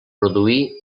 produir